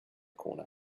corner